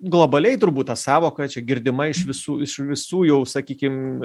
globaliai turbūt ta sąvoka čia girdima iš visų iš visų jau sakykim